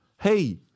Hey